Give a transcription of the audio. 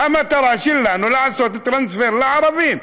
המטרה שלנו היא לעשות טרנספר לערבים.